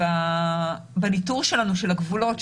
בניטור שלנו של הגבולות,